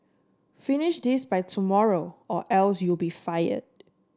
finish this by tomorrow or else you'll be fired